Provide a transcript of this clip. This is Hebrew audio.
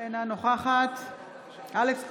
אינה נוכחת אלכס קושניר,